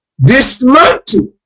dismantle